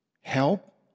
help